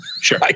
Sure